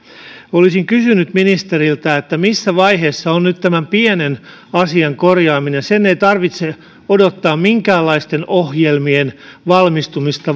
olisin kysynyt ministeriltä missä vaiheessa on nyt tämän pienen asian korjaaminen sen ei tarvitse odottaa minkäänlaisten ohjelmien valmistumista